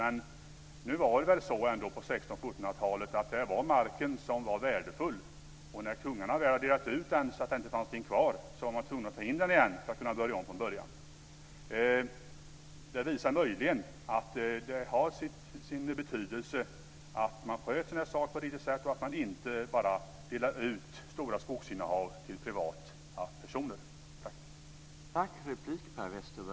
Men nu var det väl så på 1600 och 1700 talet att det var marken som var värdefull, och när kungarna väl hade delat ut den så att det inte fanns någonting kvar var man tvungen att ta in den igen för att kunna börja om från början. Detta visar möjligen att det har sin betydelse att man sköter den här saken på ett riktigt sätt och inte bara delar ut stora skogsinnehav till privata personer.